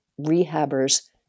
rehabbers